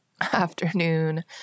afternoon